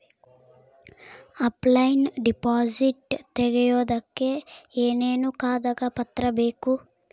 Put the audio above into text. Offline deposit ತೆಗಿಯೋದಕ್ಕೆ ಏನೇನು ಕಾಗದ ಪತ್ರ ಬೇಕು?